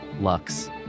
Lux